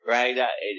Right